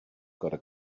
gotta